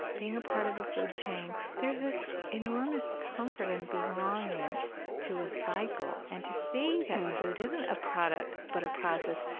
being a part of a food chain. there's this enormous comfort in belonging to a cycle and to see that food isn't a product but a process.